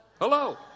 Hello